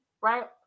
right